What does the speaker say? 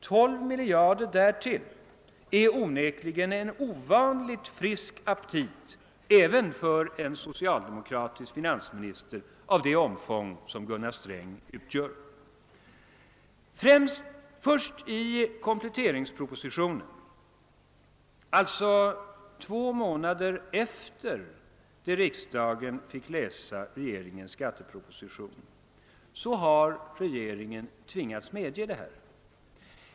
12 miljarder i nya skatteintäkter är onekligen ovanligt frisk aptit även för en socialdemokratisk finansminister av Gunnar Strängs omfång. Först i kompletteringspropositionen — alltså två månader efter det att riksdagens ledamöter fick läsa regeringens skatteproposition — har regeringen tvingats medge att det är på detta sätt.